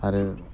आरो